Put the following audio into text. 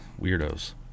weirdos